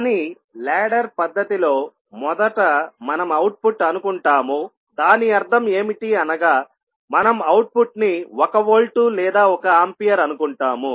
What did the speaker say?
కానీ లాడర్ పద్ధతి లో మొదట మనం అవుట్పుట్ అనుకుంటాముదాని అర్థం ఏమిటి అనగా మనం అవుట్పుట్ ని ఒక వోల్టు లేక ఒక ఆంపియర్ అనుకుంటాము